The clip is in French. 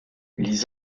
les